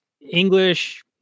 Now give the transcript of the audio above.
English